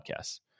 podcasts